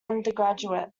undergraduate